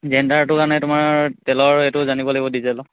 জেনেৰেটাৰটো কাৰণে তোমাৰ তেলৰ এইটো জানিব লাগিব ডিজেলৰ